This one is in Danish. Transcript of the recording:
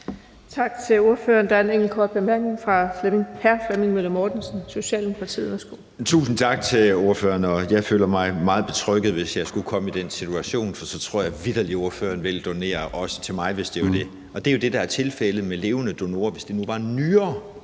Tak til ordføreren. Der er en enkelt kort bemærkning fra hr. Flemming Møller Mortensen, Socialdemokratiet. Værsgo. Kl. 17:25 Flemming Møller Mortensen (S): Tusind tak til ordføreren. Jeg føler mig meget betrygget, hvis jeg skulle komme i den situation. Jeg tror vitterlig, at ordføreren også ville donere til mig, hvis det var det. Det er jo det, der er tilfældet med levende donorer. Hvis det nu var en